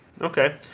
Okay